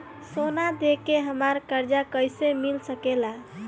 सोना दे के हमरा कर्जा कईसे मिल सकेला?